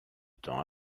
temps